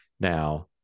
now